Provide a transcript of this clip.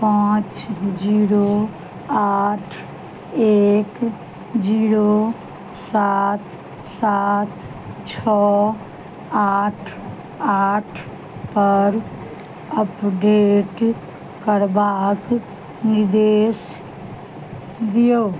पाँच जीरो आठ एक जीरो सात सात छओ आठ आठपर अपडेट करबाक निर्देश दियौ